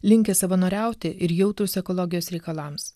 linkę savanoriauti ir jautrūs ekologijos reikalams